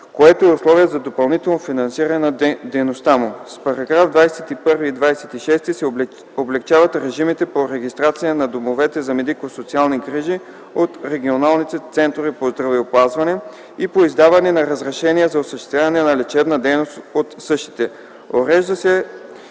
което е условие за допълнително финансиране на дейността му. С параграфи 21 и 26 се облекчават режимите по регистрация на домовете за медико-социални грижи от регионалните центрове по здравеопазване и по издаване на разрешения за осъществяване на лечебна дейност от същите. Урежда се